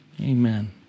amen